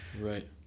right